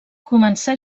començà